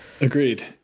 Agreed